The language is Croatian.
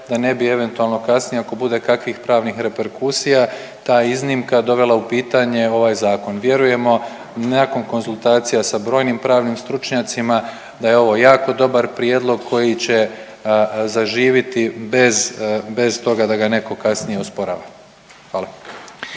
da ne bi eventualno kasnije ako bude kakvih pravnih reperkusija ta iznimka dovela u pitanje ovaj zakon. Vjerujemo nakon konzultacija sa brojim pravnim stručnjacima da je ov jako dobar prijedlog koji će zaživiti bez toga da ga neko kasnije osporava. Hvala.